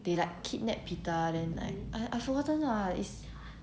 they like kidnap peeta then like I I forgotten lah it's